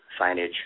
signage